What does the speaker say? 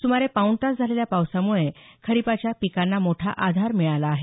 सुमारे पाऊणतास झालेल्या पावसामुळे खरीपाच्या पिकांना मोठा आधार मिळाला आहे